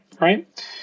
right